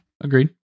agreed